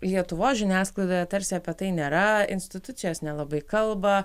lietuvos žiniasklaidoje tarsi apie tai nėra institucijos nelabai kalba